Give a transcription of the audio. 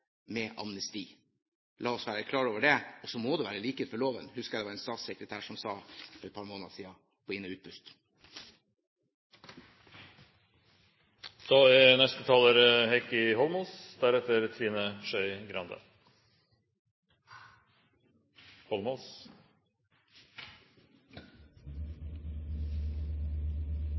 med amnesti, la oss være klar over det. Det må være likhet for loven, husker jeg en statssekretær sa for et par måneder siden på inn- og utpust. Først vil jeg begynne med å si at jeg synes det er